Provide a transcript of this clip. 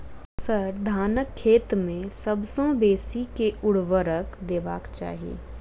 sir, धानक खेत मे सबसँ बेसी केँ ऊर्वरक देबाक चाहि